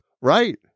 Right